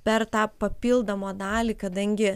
per tą papildomą dalį kadangi